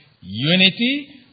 unity